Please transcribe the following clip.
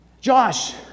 Josh